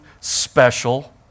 special